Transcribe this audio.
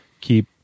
Keep